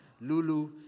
Lulu